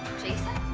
jason?